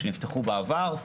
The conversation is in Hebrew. שנפתחו בעבר,